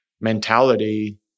mentality